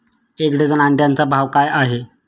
एक डझन अंड्यांचा भाव काय आहे?